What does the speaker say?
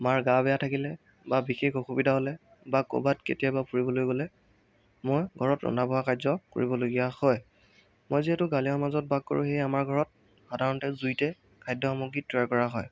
মাৰ গা বেয়া থাকিলে বা বিশেষ অসুবিধা হ'লে বা কৰবাত কেতিয়াবা ফুৰিবলৈ গ'লে মই ঘৰত ৰন্ধা বঢ়া কাৰ্য কৰিবলগীয়া হয় মই যিহেতু গাঁৱলীয়া সমাজত বাস কৰোঁ সেয়ে আমাৰ ঘৰত সাধাৰণতে জুইতে খাদ্য সামগ্ৰী তৈয়াৰ কৰা হয়